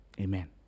Amen